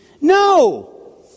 No